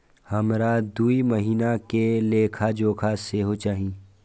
हमरा दूय महीना के लेखा जोखा सेहो चाही